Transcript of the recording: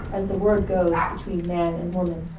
as the word goes between man and woman.